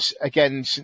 again